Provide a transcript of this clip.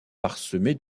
parsemé